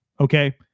Okay